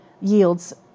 yields